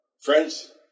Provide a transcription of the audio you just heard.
Friends